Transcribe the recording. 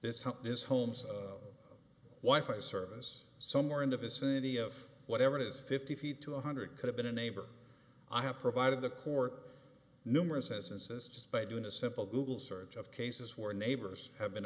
house his home's wife a service somewhere in the vicinity of whatever it is fifty to one hundred could have been a neighbor i have provided the court numerous instances just by doing a simple google search of cases where neighbors have been